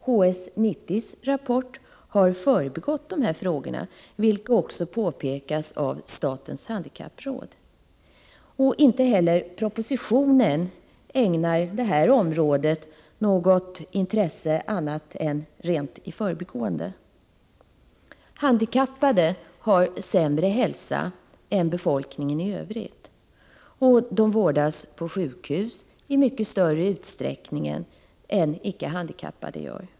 HS 90:s rapport har förbigått dessa frågor, vilket också påpekas av statens handikappråd. Inte heller propositionen ägnar detta område något intresse annat än rent i förbigående. Handikappade har sämre hälsa än befolkningen i övrigt. Och de vårdas på sjukhus i mycket större utsträckning än icke handikappade gör.